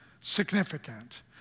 significant